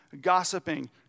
gossiping